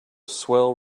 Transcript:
swell